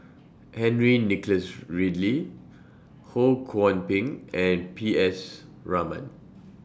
Henry Nicholas Ridley Ho Kwon Ping and P S Raman